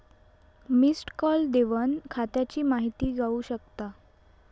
missed call देवन खात्याची माहिती गावू शकता